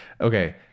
Okay